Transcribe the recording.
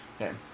Okay